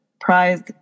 prized